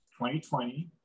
2020